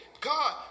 God